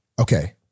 okay